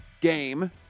game